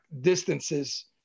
distances